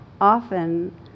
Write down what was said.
often